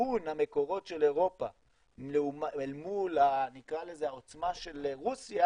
גיוון המקורות של אירופה אל מול נקרא לזה העוצמה של רוסיה,